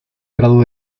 grado